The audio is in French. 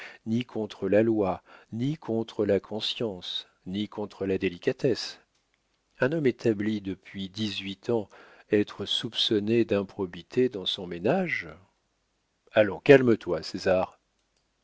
ni contre la loi ni contre la conscience ni contre la délicatesse un homme établi depuis dix-huit ans être soupçonné d'improbité dans son ménage allons calme-toi césar